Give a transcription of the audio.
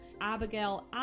abigail